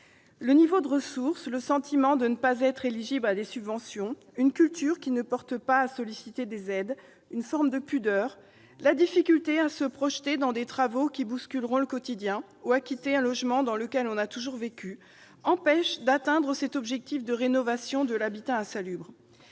Le niveau de ressources, le sentiment de ne pas être éligible à des subventions, une culture qui ne porte pas à solliciter des aides, une forme de pudeur, la difficulté à se projeter dans des travaux qui bousculeront son quotidien ou à quitter un logement dans lequel on a toujours vécu empêchent d'atteindre cet objectif de rénovation de l'habitat insalubre.